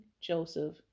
Joseph